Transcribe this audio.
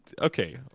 okay